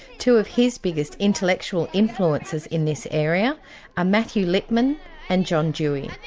two of his biggest intellectual influences in this area are matthew lipman and john dewey.